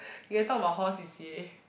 we can talk about hall C_C_A